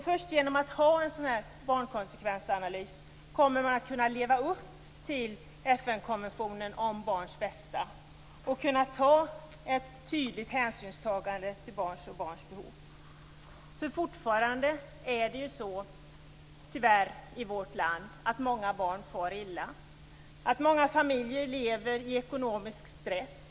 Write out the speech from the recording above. Först genom att göra en barnkonsekvensanalys kommer man att kunna leva upp till FN-konventionen om barnens rättigheter och kunna ta hänsyn till barn och barns behov. Fortfarande är det tyvärr många barn i vårt land som far illa. Många familjer lever under ekonomisk stress.